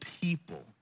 people